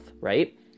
right